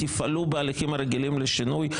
תפעלו בהליכים הרגילים לשינוי,